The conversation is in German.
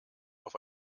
auf